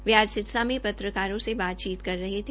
वे आज सिरसा में पत्रकारों से बातचीत कर रहे थे